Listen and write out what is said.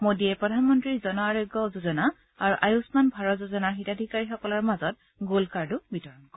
মোডীয়ে প্ৰধানমন্ত্ৰী জন আৰোগ্য যোজনা আৰু আয়ুস্মান ভাৰত যোজনাৰ হিতাধিকাৰীসকলৰ মাজত গোল্ড কাৰ্ডো বিতৰণ কৰে